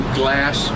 glass